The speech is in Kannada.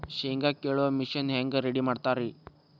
ಶೇಂಗಾ ಕೇಳುವ ಮಿಷನ್ ಹೆಂಗ್ ರೆಡಿ ಮಾಡತಾರ ರಿ?